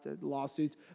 lawsuits